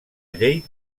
llei